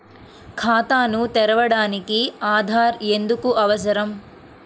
ఖాతాను తెరవడానికి ఆధార్ ఎందుకు అవసరం?